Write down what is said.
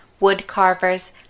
woodcarvers